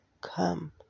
come